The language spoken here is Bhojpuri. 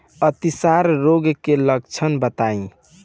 अतिसार रोग के लक्षण बताई?